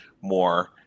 more